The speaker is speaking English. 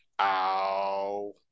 ow